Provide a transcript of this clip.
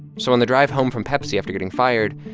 so on the drive home from pepsi after getting fired,